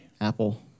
Apple